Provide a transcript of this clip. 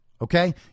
okay